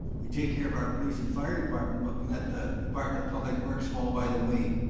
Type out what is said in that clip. we take care of our police and fire department, but we let the department of public works fall by the way.